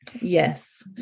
Yes